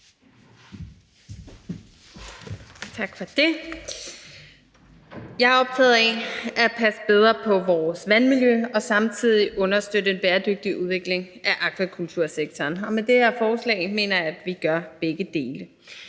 Tak for det. Jeg er optaget af at passe bedre på vores vandmiljø og samtidig understøtte en bæredygtig udvikling af akvakultursektoren. Og med det her forslag mener jeg at vi gør begge dele.